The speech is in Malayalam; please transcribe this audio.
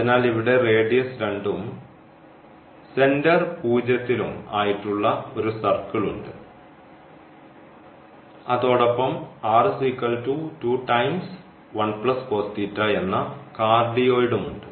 അതിനാൽ ഇവിടെ റേഡിയസ് രണ്ടും സെൻറർ പൂജ്യത്തിലും ആയിട്ടുള്ള ഒരു സർക്കിൾ ഉണ്ട് അതോടൊപ്പം എന്ന കാർഡിയോയിഡുമുണ്ട്